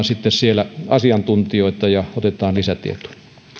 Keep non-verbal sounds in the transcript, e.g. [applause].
[unintelligible] sitten asiantuntijoita ja otetaan lisätietoja arvoisa